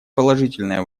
положительное